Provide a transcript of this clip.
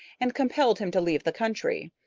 and compelled him to leave the country.